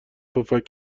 پفک